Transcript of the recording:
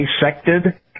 dissected